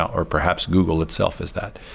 or perhaps google itself as that.